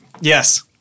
yes